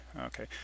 okay